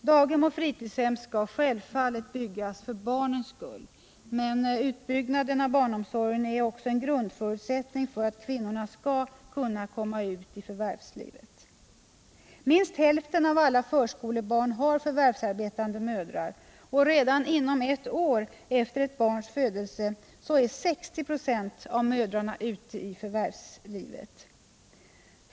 Daghem och fritidshem skall självfallet byggas för barnens skull, men utbyggnaden av barnomsorgen är ofta en grundförutsättning för att kvinnorna skall kunna komma ut i förvärvslivet. Minst hälften av alla förskolebarn har förvärvsarbetande mödrar. Redan inom ett år efter barns födelse är 60 96 av mödrarna ute i förvärvslivet.